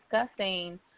discussing